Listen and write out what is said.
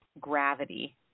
gravity